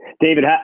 David